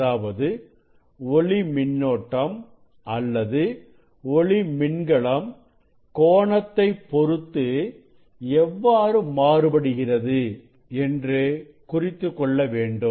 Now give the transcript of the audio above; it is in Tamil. அதாவது ஒளி மின்னோட்டம் அல்லது ஒளி மின்னழுத்தம் கோணத்தை பொருத்து எவ்வாறு மாறுபடுகிறது என்று குறித்துக்கொள்ள வேண்டும்